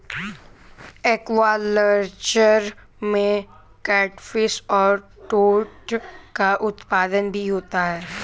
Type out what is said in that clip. aquaculture में catfish और trout का उत्पादन भी होता है